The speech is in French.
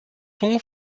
ton